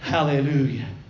Hallelujah